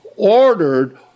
Ordered